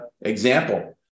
example